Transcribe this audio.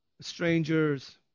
Strangers